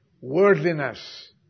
Worldliness